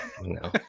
no